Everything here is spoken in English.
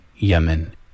Yemen